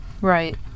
right